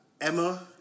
Emma